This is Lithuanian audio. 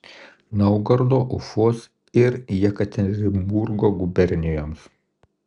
naugardo ufos ir jekaterinburgo gubernijoms